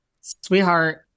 Sweetheart